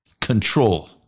control